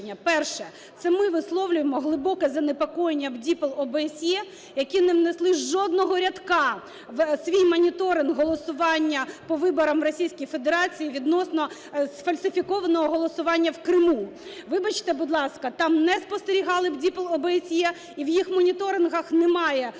Перше. Це ми висловлюємо глибоке занепокоєння в БДІПЛ ОБСЄ, які не внесли жодного рядка у свій моніторинг голосування по виборам у Російській Федерації відносно сфальсифікованого голосування в Криму. Вибачте, будь ласка, там не спостерігали в БДІПЛ ОБСЄ, і в їх моніторингах немає факту,